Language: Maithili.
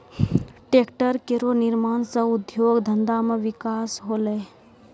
ट्रेक्टर केरो निर्माण सँ उद्योग धंधा मे बिकास होलै